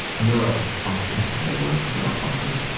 neuro-function is that a word? neuro-function?